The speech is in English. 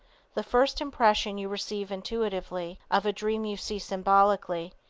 the first impression you receive intuitively, of a dream you see symbolically,